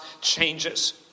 changes